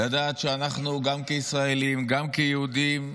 לדעת שאנחנו גם כישראלים, גם כיהודים,